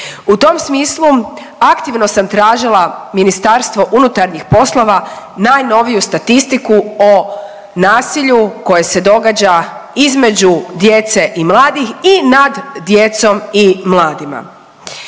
U tom smislu aktivno sam tražila MUP najnoviju statistiku o nasilju koje se događa između djece i mladih i nad djecom i mladima.